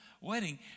wedding